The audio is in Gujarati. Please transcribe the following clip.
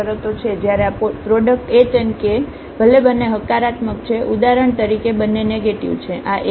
શરતો છે જ્યારે આ પ્રોડક્ટ h k ભલે બંને હકારાત્મક છે ઉદાહરણ તરીકે બંને નેગેટીવ છે આ h k